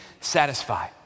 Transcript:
satisfy